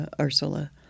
Ursula